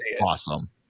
awesome